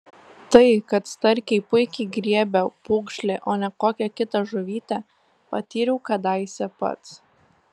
tai kad starkiai puikiai griebia pūgžlį o ne kokią kitą žuvytę patyriau kadaise pats